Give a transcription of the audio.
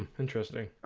interesting.